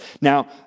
Now